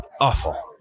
awful